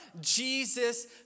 Jesus